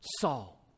Saul